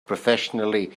professionally